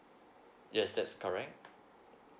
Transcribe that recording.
yes that's correct